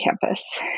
campus